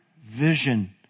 vision